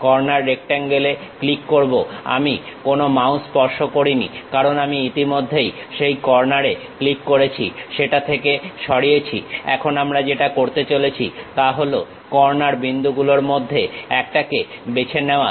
corner রেক্টাঙ্গেলে click করব আমি কোনো মাউস স্পর্শ করিনি কারণ আমি ইতিমধ্যেই সেই কর্ণারে ক্লিক করেছি সেটা থেকে সরিয়েছি এখন আমরা যেটা করতে চলেছি তা হল কর্ণার বিন্দু গুলোর মধ্যে একটাকে বেছে নেওয়া